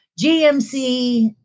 GMC